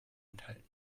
enthalten